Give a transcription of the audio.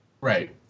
right